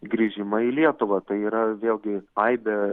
grįžimą į lietuvą tai yra vėlgi aibė